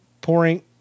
pouring